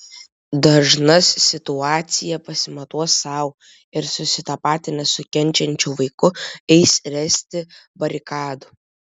dažnas situaciją pasimatuos sau ir susitapatinęs su kenčiančiu vaiku eis ręsti barikadų